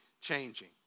changing